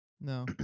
No